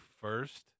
first